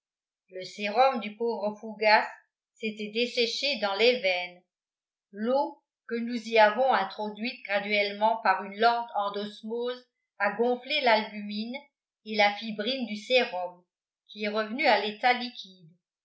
le sérum du pauvre fougas s'était desséché dans les veines l'eau que nous y avons introduite graduellement par une lente endosmose a gonflé l'albumine et la fibrine du sérum qui est revenu à l'état liquide